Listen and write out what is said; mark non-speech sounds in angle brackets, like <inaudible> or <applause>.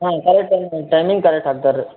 ಹಾಂ ಕರೆಕ್ಟ್ <unintelligible> ಟೈಮಿಗೆ ಕರೆಕ್ಟ್ ಹಾಕ್ತಾರೆ ರೀ